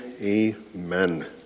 Amen